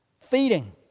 feeding